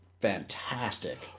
fantastic